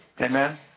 Amen